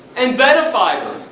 and benefiber.